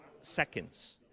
seconds